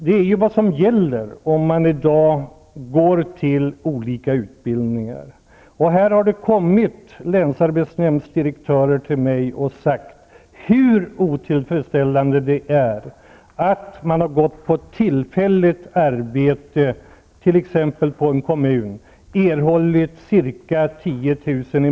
Det är ju vad som gäller om man går på olika utbildningar. Det har kommit länsarbetsnämndsdirektörer till mig och talat om hur otillfredsställande det är att personer som gått på ett tillfälligt arbete, t.ex. i en kommun, och erhållit ca 10 000 kr.